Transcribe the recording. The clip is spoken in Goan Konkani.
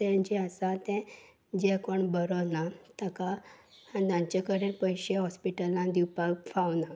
तें जें आसा तें जें कोण बरो ना ताका जांचें कडेन पयशे हॉस्पिटलान दिवपाक फावना